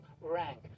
rank